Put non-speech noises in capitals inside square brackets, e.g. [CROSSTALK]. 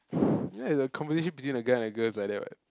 [BREATH] ya is a conversation between a guy and a girl is like that what